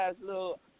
little